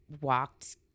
walked